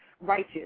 righteous